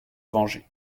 venger